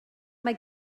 mae